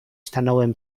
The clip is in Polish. stanąłem